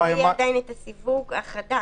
עדיין לא יהיה הסיווג החדש.